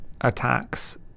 attacks